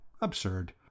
Absurd